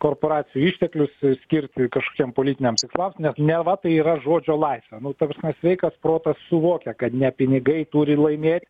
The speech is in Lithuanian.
korporacijų išteklius skirti kažkokiem politiniams tikslams neva tai yra žodžio laisvė nu ta prasme sveikas protas suvokia kad ne pinigai turi laimėt